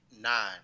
nine